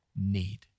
need